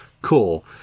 cool